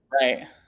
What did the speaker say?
right